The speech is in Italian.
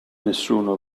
nessuno